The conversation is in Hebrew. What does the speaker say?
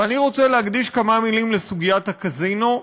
ואני רוצה להקדיש כמה מילים לסוגיית הקזינו,